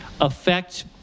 affect